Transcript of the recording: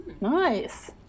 Nice